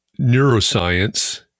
neuroscience